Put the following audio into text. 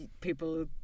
people